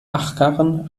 achkarren